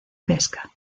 pesca